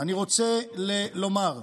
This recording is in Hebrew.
אני רוצה לומר: